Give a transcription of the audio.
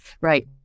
Right